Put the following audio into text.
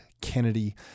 kennedy